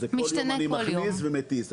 כל יום אני מכניס ומטיס.